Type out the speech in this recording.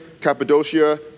Cappadocia